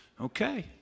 Okay